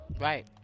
Right